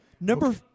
number